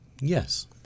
yes